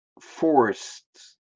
forced